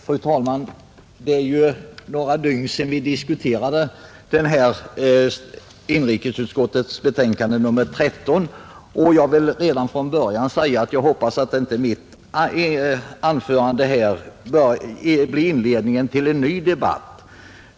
Fru talman! Det är ju några dygn sedan vi diskuterade inrikesutskottets betänkande nr 13, och jag vill redan från början säga att jag hoppas att mitt anförande här inte blir inledningen till en ny debatt.